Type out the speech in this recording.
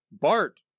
Bart